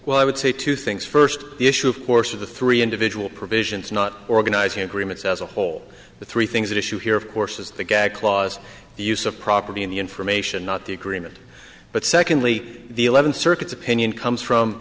well i would say two things first the issue of course of the three individual provisions not organizing agreements as a whole the three things issue here of course is the gag clause the use of property in the information not the agreement but secondly the eleventh circuit's opinion comes from